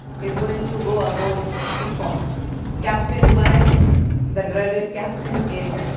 he is going to go aboard pequod captained by the dreaded captain ahab,